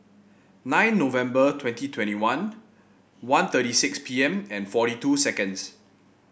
nine November twenty twenty one one thirty six P M and forty two seconds